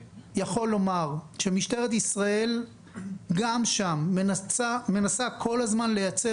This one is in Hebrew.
משטרת ישראל גם שם מנסה כל הזמן לייצר